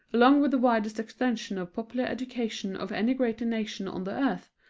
along with the widest extension of popular education of any great nation on the earth,